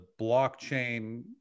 blockchain